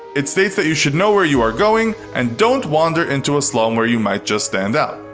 it states that you should know where you are going, and don't wander into a slum where you might just stand out.